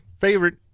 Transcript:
favorite